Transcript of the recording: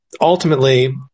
ultimately